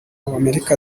w’amerika